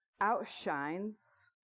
outshines